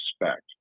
respect